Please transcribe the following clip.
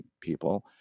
people